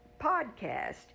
podcast